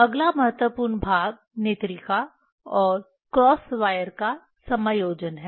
अगला महत्वपूर्ण भाग नेत्रिका और क्रॉस वायर का समायोजन है